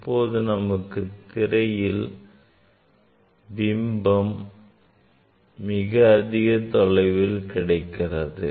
இப்போது நமக்குத் திரையில் பிம்பம் மிகத்தொலைவில் கிடைக்கிறது